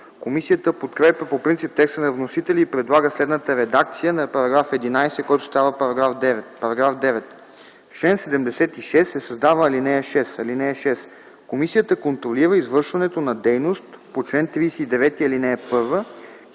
Комисията подкрепя по принцип текста на вносителя и предлага следната редакция на § 11, който става § 9: „§ 9. В чл. 76 се създава ал. 6: „(6) Комисията контролира извършването на дейност по чл. 39, ал. 1,